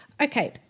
Okay